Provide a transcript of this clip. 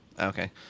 Okay